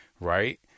right